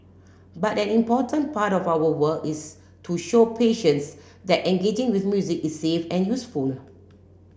but an important part of our work is to show patients that engaging with music is safe and useful